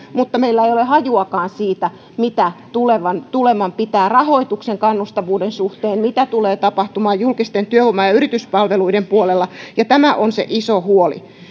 mutta meillä ei ole hajuakaan siitä mitä tuleman pitää rahoituksen kannustavuuden suhteen mitä tulee tapahtumaan julkisten työvoima ja ja yrityspalveluiden puolella ja tämä on se iso huoli